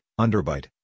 underbite